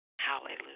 Hallelujah